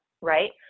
right